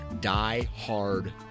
die-hard